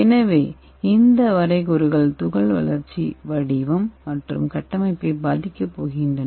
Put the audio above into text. எனவே இந்த வரைகூறுகள் துகள் வளர்ச்சி வடிவம் மற்றும் கட்டமைப்பை பாதிக்கப்போகின்றன